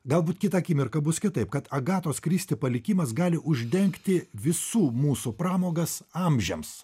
galbūt kitą akimirką bus kitaip kad agatos kristi palikimas gali uždengti visų mūsų pramogas amžiams